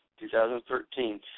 2013